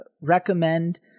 recommend